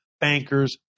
bankers